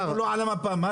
אנחנו לא על המפה.